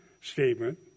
statement